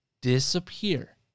disappear